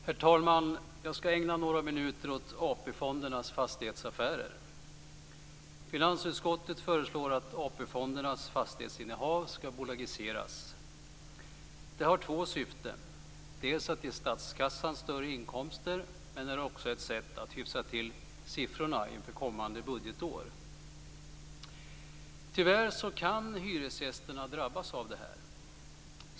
Herr talman! Jag skall ägna några minuter åt AP Det har två syften, dels att ge statskassan större inkomster, dels är det ett sätt att hyfsa till siffrorna inför kommande budgetår. Tyvärr kan hyresgästerna drabbas av det här.